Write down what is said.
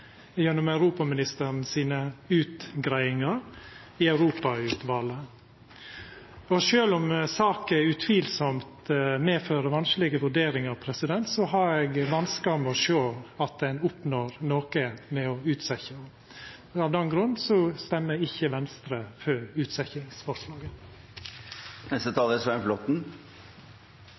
gjennom utgreiingane til europaministeren og i Europautvalet. Og sjølv om saka utvilsamt medfører vanskelege vurderingar, har eg vanskar med å sjå at ein oppnår noko med å utsetja henne. Av den grunn stemmer ikkje Venstre for